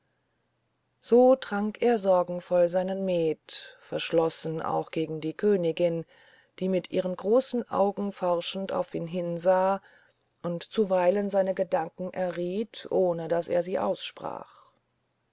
so trank er sorgenvoll seinen met verschlossen auch gegen die königin die mit ihren großen augen forschend auf ihn hinsah und zuweilen seine gedanken erriet ohne daß er sie aussprach